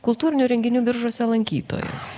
kultūrinių renginių biržuose lankytojas